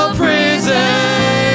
prison